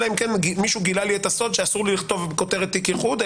אלא אם כן מישהו גילה לי את הסוד שאסור לי לכתוב כותרת תיק איחוד,